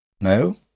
No